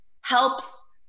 helps